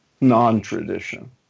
non-tradition